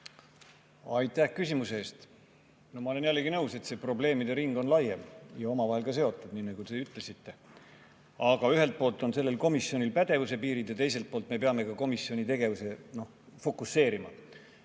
Aitäh küsimuse eest! No ma olen jällegi nõus, et see probleemide ring on laiem ja omavahel ka seotud, nii nagu te ütlesite. Aga ühelt poolt on sellel komisjonil pädevuse piirid, teiselt poolt me peame komisjoni tegevuse fokusseerima.